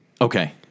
Okay